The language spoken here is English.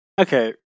Okay